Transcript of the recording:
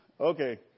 Okay